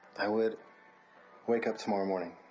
i would wake up tomorrow morning.